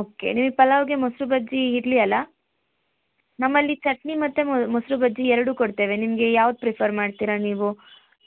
okay ನೀವು ಪಲಾವ್ಗೆ ಮೊಸ್ರು ಬಜ್ಜಿ ಇರಲಿ ಅಲ್ವಾ ನಮ್ಮಲ್ಲಿ ಚಟ್ನಿ ಮತ್ತು ಮೊಸ್ರು ಬಜ್ಜಿ ಎರಡೂ ಕೊಡ್ತೇವೆ ನಿಮಗೆ ಯಾವ್ದು ಪ್ರಿಫರ್ ಮಾಡ್ತೀರಾ ನೀವು